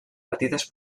petites